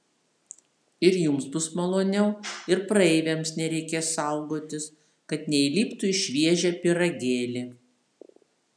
ir jums bus maloniau ir praeiviams nereikės saugotis kad neįliptų į šviežią pyragėlį